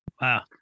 Wow